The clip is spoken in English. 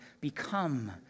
Become